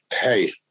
Hey